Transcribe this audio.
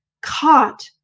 caught